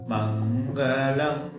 Mangalam